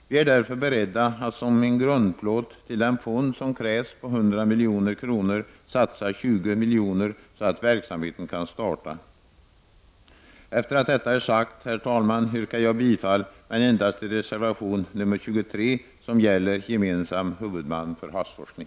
Vi är därför beredda att, som en grundplåt till den fond som krävs på 100 milj.kr., satsa 20 milj.kr. så att verksamheten kan starta. Efter att detta är sagt, herr talman, yrkar jag bifall endast till reservation nr 23, som gäller gemensam huvudman för havsforskning.